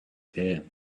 fear